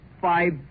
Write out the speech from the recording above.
Five